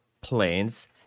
planes